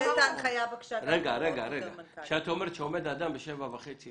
אומרת שעומד אדם בפתח בית הספר בשעה 7:30,